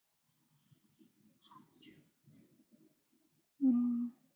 mm